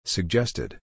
Suggested